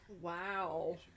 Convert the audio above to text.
Wow